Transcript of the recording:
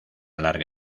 larga